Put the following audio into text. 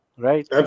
Right